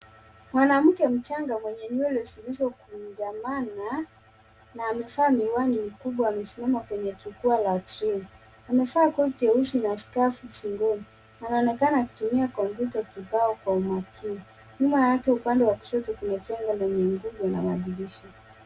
Mwanamke mchanga mwenye nywele zilizokunjamana na amevaa miwani mikubwa amesimama kwenye jukwaa la treni. Amevaa koti jeusi na skafu shingoni. Anaonekana akitumia kompyuta kibao kwa umakini. Nyuma yake upande wa kushoto kuna majengo mengine na madirisha.